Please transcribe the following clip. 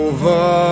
Over